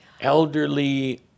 Elderly